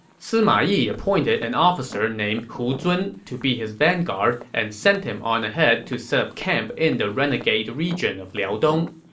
sima yi appointed an officer named hu zun to be his vanguard and sent him on ahead to set up camp in the renegade region of liaodong.